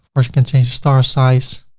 course, you can change the star size,